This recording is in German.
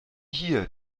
hier